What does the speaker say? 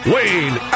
Wayne